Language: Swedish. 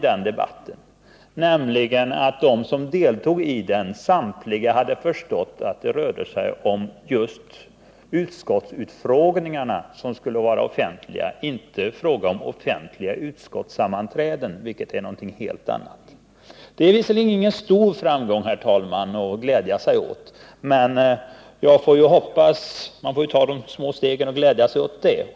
Då hade nämligen samtliga som deltog i debatten förstått att det var utskottsutfrågningarna som skulle vara offentliga, inte utskottssammanträdena, vilket är någonting helt annat. Det är visserligen ingen stor framgång, men man får glädja sig åt de små stegen framåt.